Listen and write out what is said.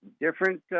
different